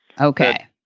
Okay